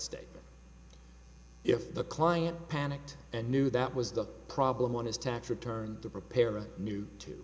statement if the client panicked and knew that was the problem on his tax return to prepare a new t